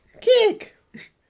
Kick